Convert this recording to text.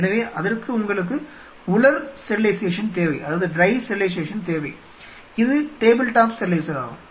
எனவே அதற்கு உங்களுக்கு உலர் ஸ்டெரிலைசேஷன் தேவை இது டேபிள் டாப் ஸ்டெரிலைசராகும்